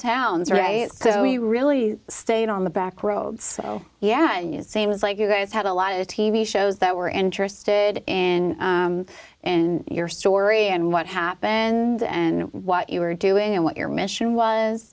towns right so we really stayed on the back road so yeah same as like you guys had a lot of t v shows that were interested in and your story and what happened and what you were doing and what your mission was